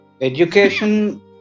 Education